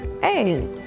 Hey